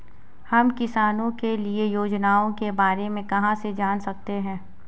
हम किसानों के लिए योजनाओं के बारे में कहाँ से जान सकते हैं?